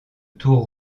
tours